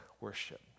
worship